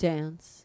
Dance